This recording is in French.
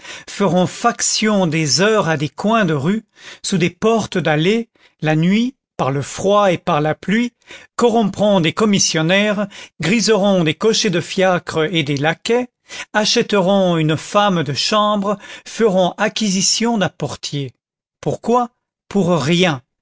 feront faction des heures à des coins de rue sous des portes d'allées la nuit par le froid et par la pluie corrompront des commissionnaires griseront des cochers de fiacre et des laquais achèteront une femme de chambre feront acquisition d'un portier pourquoi pour rien